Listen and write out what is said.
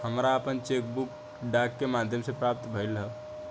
हमरा आपन cheque book डाक के माध्यम से प्राप्त भइल ह